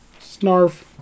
Snarf